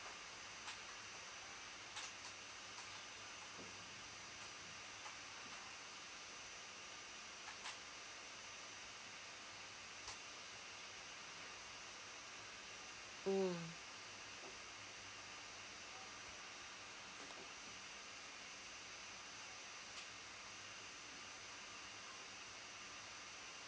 mm